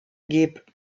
geb